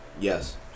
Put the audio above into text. Yes